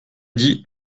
dit